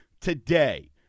today